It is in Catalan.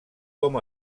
com